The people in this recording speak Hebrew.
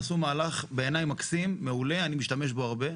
עשו מהלך בעיניי מקסים, מעולה, אני משתמש בו הרבה.